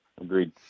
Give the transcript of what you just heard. agreed